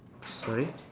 sorry